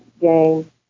game